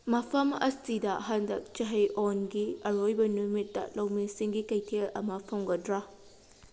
ꯃꯐꯝ ꯑꯁꯤꯗ ꯍꯟꯗꯛ ꯆꯍꯤ ꯑꯣꯟꯒꯤ ꯑꯔꯣꯏꯕ ꯅꯨꯃꯤꯠꯇ ꯂꯧꯃꯤꯁꯤꯡꯒꯤ ꯀꯩꯊꯦꯜ ꯑꯃ ꯐꯝꯒꯗ꯭ꯔꯥ